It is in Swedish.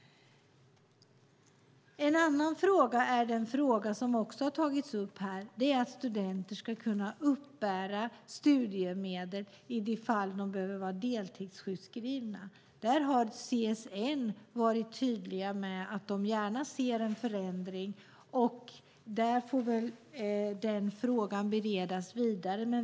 En annan fråga som har tagits upp här är att studenter ska kunna uppbära studiemedel om de behöver vara deltidssjukskrivna. CSN har varit tydlig med att man gärna ser en förändring. Frågan får beredas vidare.